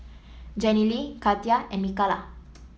Jenilee Katia and Mikalah